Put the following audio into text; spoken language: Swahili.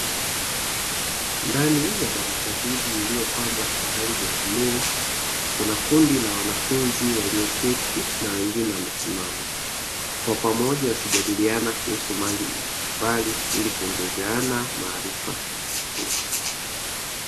Ndani ya darasa hili liliyopambwa kwa rangi ya bluu kuna kundi la wanafunzi walioketi na wengine wamesimama, kwa pamoja wakijadiliana kuhusu mambo mbalimbali ili kuongezeana maarifa.